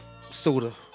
soda